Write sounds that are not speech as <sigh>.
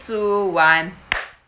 two one <noise>